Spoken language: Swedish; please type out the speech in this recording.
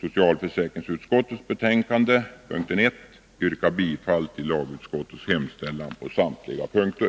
socialförsäkringsutskottets betänkande, punkten 1 — yrka bifall till lagutskottets hemställan på samtliga punkter.